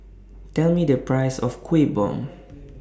Tell Me The Price of Kueh Bom